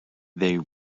they